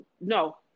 no